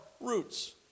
roots